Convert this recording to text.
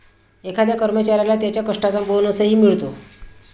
एखाद्या कर्मचाऱ्याला त्याच्या कष्टाचा बोनसही मिळतो